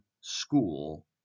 school